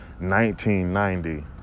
1990